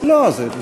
לסעיף 1